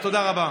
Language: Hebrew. תודה רבה.